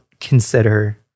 consider